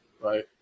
right